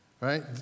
right